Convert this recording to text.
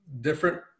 different